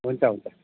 हुन्छ हुन्छ